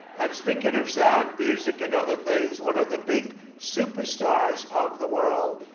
and speaking of sound music and other things, one of the big superstars of the world,